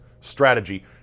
strategy